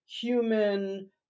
human